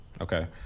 okay